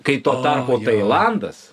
kai tuo tarpu tailandas